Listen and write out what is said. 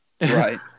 Right